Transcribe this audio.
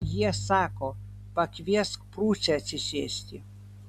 jie sako pakviesk prūsę atsisėsti